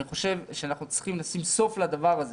אני חושב שאנחנו צריכים לשים סוף לדבר הזה,